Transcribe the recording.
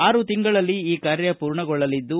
ಆರು ತಿಂಗಳಲ್ಲಿ ಈ ಕಾರ್ಯ ಪೂರ್ಣಗೊಳ್ಳಲಿದ್ದು